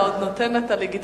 אתה נותן לה את הלגיטימציה.